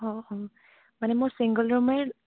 অঁ অঁ মানে মোৰ ছিংগল ৰুমেই